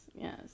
yes